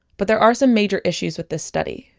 but there are some major issues with the study,